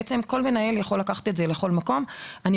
יכול לקחת את זה למקום שמתאים לו.